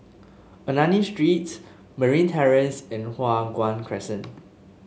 Ernani Street Marine Terrace and Hua Guan Crescent